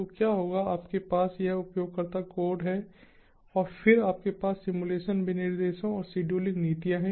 तो क्या होगा आपके पास यह उपयोगकर्ता कोड है और फिर आपके पास सिम्युलेशन विनिर्देश और शेड्यूलिंग नीतियां हैं